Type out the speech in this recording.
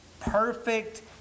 perfect